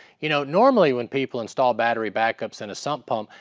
you know, normally when people install battery backups in a sump pump,